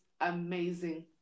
amazing